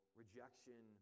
rejection